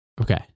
Okay